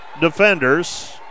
defenders